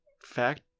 fact